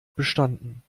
bestanden